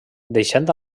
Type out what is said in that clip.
deixant